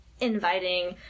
inviting